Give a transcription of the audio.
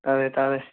ꯇꯥꯔꯦ ꯇꯥꯔꯦ